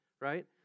right